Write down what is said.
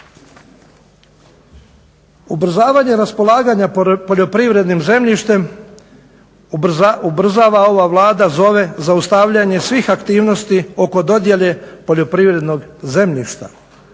Ubrzavanje raspolaganja poljoprivrednim zemljištem ubrzava ova Vlada, zove zaustavljanje svih aktivnosti oko dodjele poljoprivrednog zemljišta